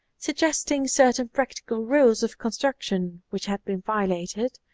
suggesting certain practical rules of construction which had been violated,